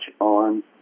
on